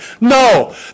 No